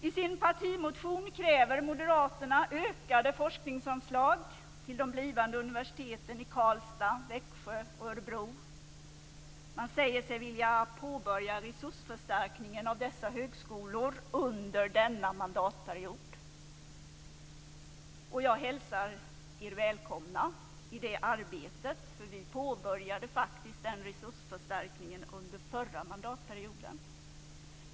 I sin partimotion kräver moderaterna ökade forskningsanslag till de blivande universiteten i Karlstad, Växjö och Örebro. Man säger sig vilja påbörja resursförstärkningen av dessa högskolor under denna mandatperiod. Jag hälsar er välkomna i det arbetet. Vi påbörjade faktiskt den resursförstärkningen under förra mandatperioden.